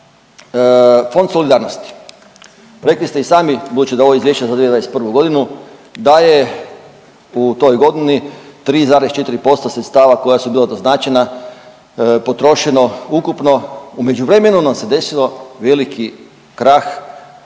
Fond solidarnosti. Rekli ste i sami budući da je ovo izvješće za 2021. godinu da je u toj godini 3,4% sredstava koja su bila doznačena potrošeno ukupno u međuvremenu nam se desio veliki krah